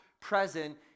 present